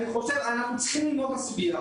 אנחנו צריכים ללמוד את הסוגיה.